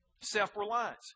self-reliance